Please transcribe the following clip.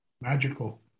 Magical